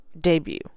debut